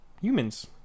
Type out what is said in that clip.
humans